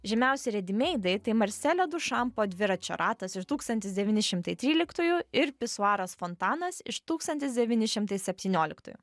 žymiausi redi meidai tai marselio dušampo dviračio ratas iš tūkstantis devyni šimtai tryliktųjų ir pisuaras fontanas iš tūkstantis devyni šimtai septynioliktųjų